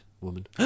woman